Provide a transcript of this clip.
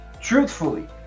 truthfully